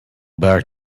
back